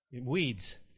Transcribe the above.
Weeds